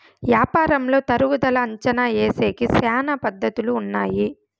యాపారంలో తరుగుదల అంచనా ఏసేకి శ్యానా పద్ధతులు ఉన్నాయి